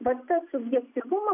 vat tas subjektyvumas